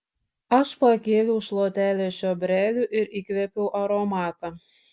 aš pakėliau šluotelę čiobrelių ir įkvėpiau aromatą